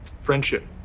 friendship